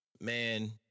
man